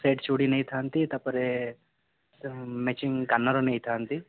set ଚୁଡ଼ି ନେଇଥାନ୍ତି ତା'ପରେ ମ୍ୟାଚିଂ କାନର ନେଇଥାନ୍ତି